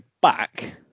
back